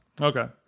okay